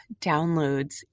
downloads